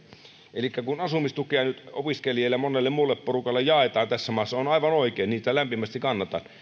elikkä kun asumistukea nyt opiskelijoille ja monelle muulle porukalle jaetaan tässä maassa se on aivan oikein sitä lämpimästi kannatan